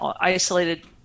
isolated